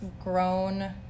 grown